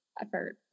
effort